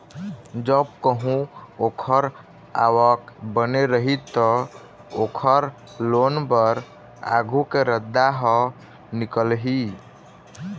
जब कहूँ ओखर आवक बने रही त, ओखर लोन बर आघु के रद्दा ह निकलही